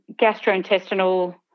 gastrointestinal